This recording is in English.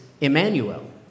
Emmanuel